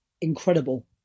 incredible